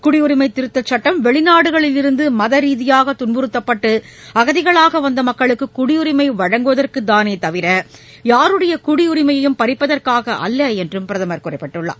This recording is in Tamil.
குடியுரிமைதிருத்தச் சுட்டம் வெளிநாடுகளிலிருந்துமதரீதியாகதுன்புறுத்தப்பட்டுஅகதிகளாகவந்தமக்களுக்குகுடியுரிமைவழங்குவதற்குத்தானேதவிர யாருடையகுடியுரிமையையும் பறிப்பதற்காகஅல்லஎன்றும் பிரதமர் குறிப்பிட்டுள்ளார்